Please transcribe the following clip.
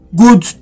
good